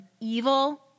Evil